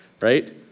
right